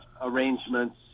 arrangements